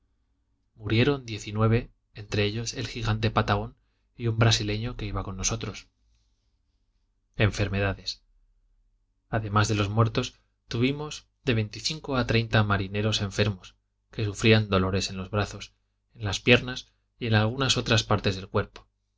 murieron diez y nueve entre ellos el gigante patagón y un brasileño que iban con nosotros enfermedades además de los muertos tuvimos de veinticinco a treinta marineros enfermos que sufrían dolores en los brazos en las piernas y en algunas otras partes del cuerpo